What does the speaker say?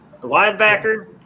linebacker